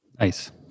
nice